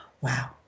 wow